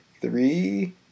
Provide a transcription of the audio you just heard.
Three